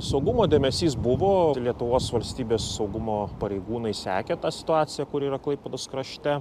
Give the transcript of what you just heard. saugumo dėmesys buvo lietuvos valstybės saugumo pareigūnai sekė tą situaciją kuri yra klaipėdos krašte